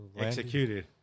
Executed